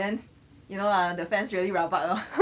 then you know lah the fans really rabak